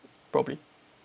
probably